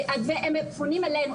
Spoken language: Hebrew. הם פונים אלינו.